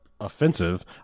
offensive